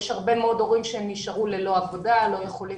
יש הרבה מאוד הורים שנשארו ללא עבודה וכלכלית